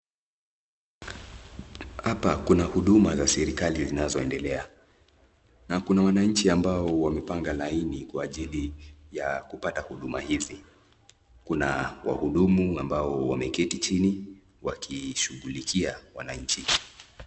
Hapa kuna huduma za serekali zinazoendelea na kuna wananchi ambao wamepanga laini kwa ajili ya kupata huduma hizi. Kuna wahudumu ambao wameketi chini wakishughulikia wananchi.